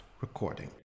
recording